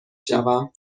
شوم